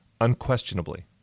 Unquestionably